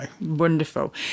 Wonderful